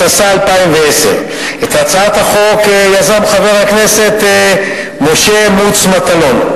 התשע"א 2010. את הצעת החוק יזם חבר הכנסת משה מוץ מטלון,